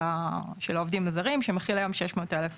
העובדים הזרים שמכיל היום 600,000 זהויות.